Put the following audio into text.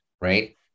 right